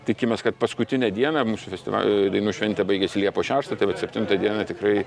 tikimės kad paskutinę dieną mūsų festivaliui dainų šventė baigiasi liepos šeštą tai vat septintą dieną tikrai